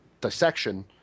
dissection